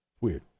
Weird